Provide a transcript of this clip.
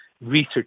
research